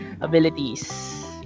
Abilities